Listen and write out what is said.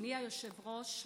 אדוני היושב-ראש,